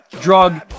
drug